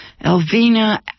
Elvina